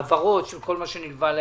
העברות של כל מה שנלווה לעניין.